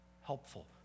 helpful